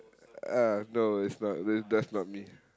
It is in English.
ah no it's not it that's not me